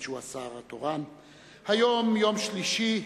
ום שלישי,